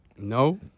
No